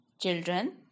Children